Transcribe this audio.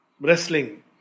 wrestling